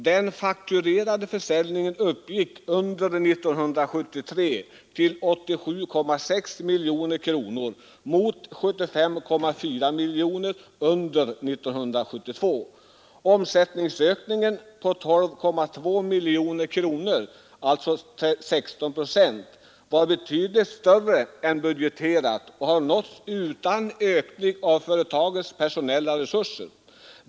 ”Den fakturerade försäljningen uppgick under 1973 till 87,6 Mkr mot 75,4 Mkr under 1972. Omsättningsökningen på 12,2 Mkr var betydligt större än budgeterat och har nåtts utan ökning av företagets personella resurser.